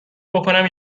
بکـنم